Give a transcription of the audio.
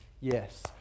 yes